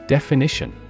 Definition